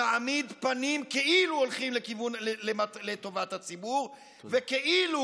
שמעמיד פנים כאילו הולכים לטובת הציבור וכאילו